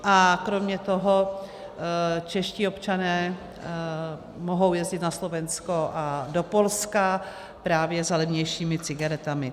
A kromě toho čeští občané mohou jezdit na Slovensko a do Polska právě za levnějšími cigaretami.